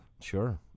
Sure